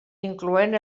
incloent